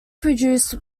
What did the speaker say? produce